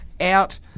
out